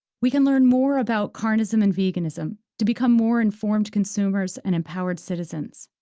we can learn more about carnism and veganism, to become more informed consumers and empowered citizens.